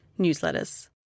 newsletters